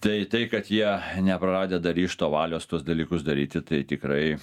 tai tai kad jie nepraradę dar ryžto valios tuos dalykus daryti tai tikrai